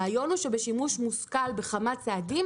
הרעיון הוא שבשימוש מושכל בכמה צעדים,